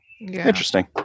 Interesting